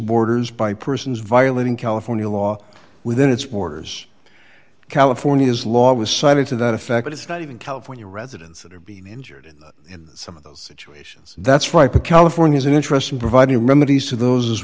borders by persons violating california law within its borders california's law was cited to that effect it's not even california residents that have been injured in some of those situations that's right but california is an interest in providing remedies to those as